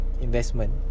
Investment